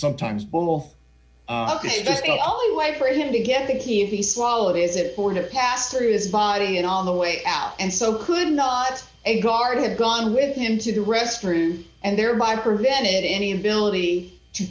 sometimes both because the only way for him to get the key if he swallowed is it going to pass through his body and on the way out and so could not a guard had gone with him to the restroom and thereby prevented any ability to